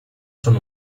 son